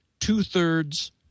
two-thirds